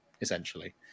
essentially